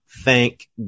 Thank